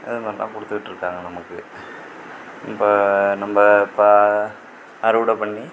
இது மாதிரிதான் கொடுத்துகிட்ருக்காங்க நமக்கு இப்போ நம்ம இப்போ அறுவடை பண்ணி